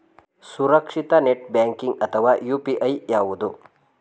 ಸುರಕ್ಷಿತ net banking ಅಥವಾ UPI ಯಾವುದು?